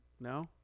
No